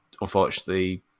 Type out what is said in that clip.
unfortunately